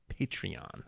Patreon